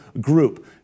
group